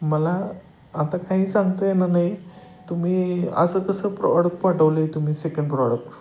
मला आता काही सांगता येणार नाही तुम्ही असं कसं प्रोडक पाठवलं आहे तुम्ही सेकंड प्रॉडक